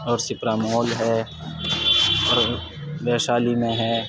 اور شیپرا مال ہے ویشالی میں ہے